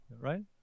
Right